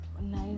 nice